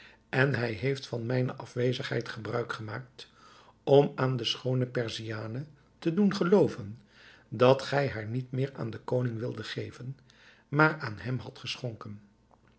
en hij heeft van mijne afwezigheid gebruik gemaakt om aan de schoone perziane te doen gelooven dat gij haar niet meer aan den koning wildet geven maar aan hem hadt geschonken